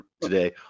today